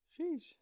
sheesh